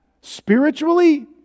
spiritually